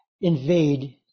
invade